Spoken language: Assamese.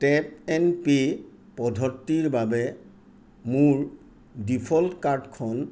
টেপ এণ্ড পে' পদ্ধতিৰ বাবে মোৰ ডিফ'ল্ট কাৰ্ডখন